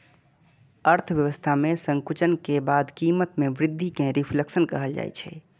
अर्थव्यवस्था मे संकुचन के बाद कीमत मे वृद्धि कें रिफ्लेशन कहल जाइ छै